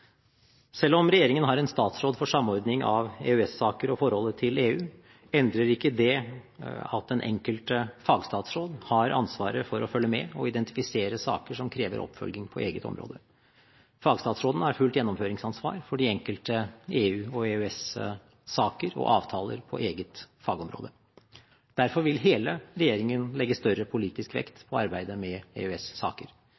Selv om regjeringen har en statsråd for samordning av EØS-saker og forholdet til EU, endrer ikke det at den enkelte fagstatsråd har ansvaret for å følge med og identifisere saker som krever oppfølging på eget område. Fagstatsrådene har fullt gjennomføringsansvar for de enkelte EU- og EØS-saker og avtaler på eget fagområde. Derfor vil hele regjeringen legge større politisk